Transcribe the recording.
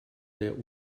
der